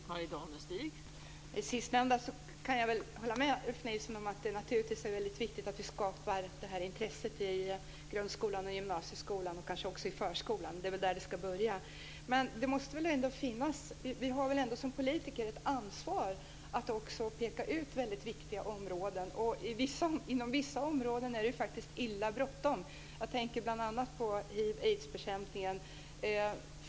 Fru talman! Det sistnämnda kan jag hålla med Ulf Nilsson om. Det är naturligtvis väldigt viktigt att vi skapar det här intresset i grundskolan och gymnasieskolan, kanske också i förskolan. Det är väl där det ska börja. Men vi har väl ändå som politiker ett ansvar att också peka ut väldigt viktiga områden. Inom vissa områden är det faktiskt illa bråttom. Jag tänker bl.a. på hiv/aids-bekämpningen.